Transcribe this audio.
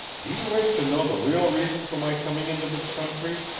do you wish to know the real reason for my coming into this country,